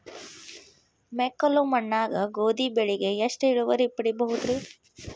ಮೆಕ್ಕಲು ಮಣ್ಣಾಗ ಗೋಧಿ ಬೆಳಿಗೆ ಎಷ್ಟ ಇಳುವರಿ ಪಡಿಬಹುದ್ರಿ?